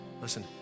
listen